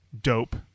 Dope